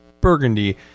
Burgundy